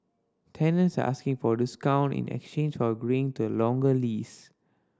tenants are asking for discount in exchange for agreeing to a longer leases